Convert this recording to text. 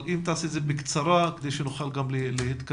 אני מבקש שתדבר בקצרה כדי שנוכל להתקדם